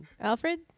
Alfred